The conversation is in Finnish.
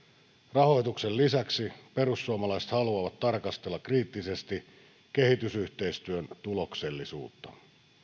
rahoituksen lisäksi perussuomalaiset haluavat tarkastella kriittisesti kehitysyhteistyön tuloksellisuutta